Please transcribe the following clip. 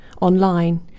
online